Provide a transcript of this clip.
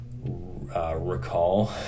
recall